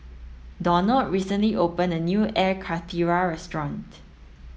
Donald recently opened a new Air Karthira restaurant